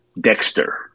Dexter